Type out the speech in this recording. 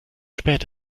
spät